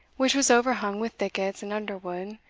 which was overhung with thickets and underwood,